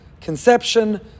conception